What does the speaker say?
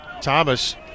Thomas